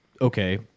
okay